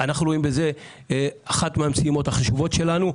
אנחנו רואים בזה אחת מהמשימות החשובות שלנו.